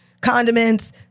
condiments